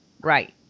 Right